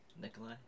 Nikolai